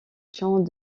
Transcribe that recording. champs